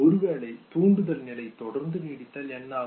ஒருவேளை தூண்டுதல் நிலை தொடர்ந்து நீடித்தால் என்ன ஆகும்